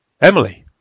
Emily